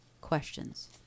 questions